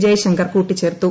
ജയ്ശങ്കർ കൂട്ടിച്ചേർത്തു